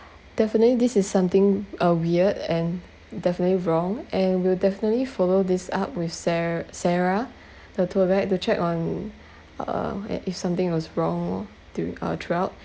definitely this is something uh weird and definitely wrong and we'll definitely follow this up with sar~ sarah the tour guide to check on uh yeah if something was wrong oh during uh throughout